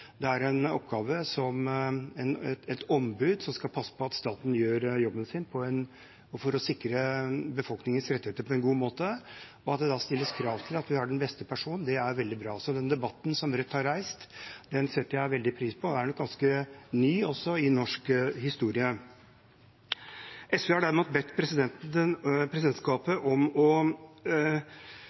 Det er et ombud som skal passe på at staten gjør jobben sin med å sikre befolkningens rettigheter på en god måte. At det da stilles krav til at vi har den beste personen, er veldig bra. Så den debatten Rødt har reist, setter jeg veldig pris på. Den er nok også ganske ny i norsk historie. SV har bedt presidentskapet sikre at de innvendinger som er kommet fra Rødt, har blitt grundig vurdert, og vi fikk nå nettopp høre fra presidenten